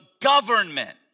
government